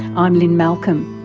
i'm lynne malcolm.